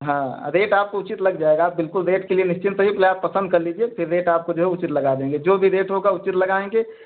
हाँ रेट आपको उचित लग जाएगा आप बिलकुल रेट के लिए निश्चिंत रहिए पहले आप पसंद कर लीजिए फिर रेट आपको जो है उचित लगा देंगे जो भी रेट होगा उचित लगाएँगे